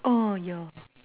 orh ya